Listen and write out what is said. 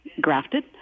grafted